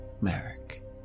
Merrick